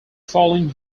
following